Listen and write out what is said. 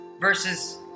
versus